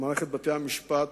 למערכת בתי-המשפט,